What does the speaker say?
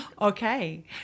Okay